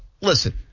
listen